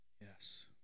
Yes